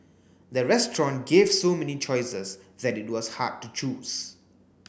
the restaurant gave so many choices that it was hard to choose